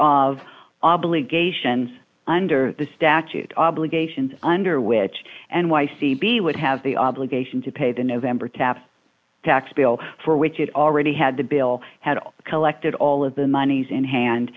of obligations under the statute obligations under which and why c b would have the obligation to pay the november tap tax bill for which it already had the bill had all collected all of the monies in hand